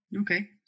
Okay